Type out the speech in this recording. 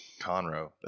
Conroe